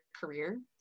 career